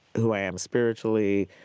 who i am spiritually,